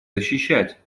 защищать